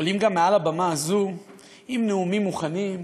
עולים גם מעל הבמה הזאת עם נאומים מוכנים,